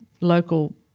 local